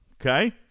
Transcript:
Okay